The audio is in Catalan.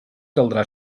caldrà